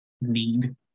need